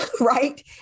right